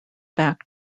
back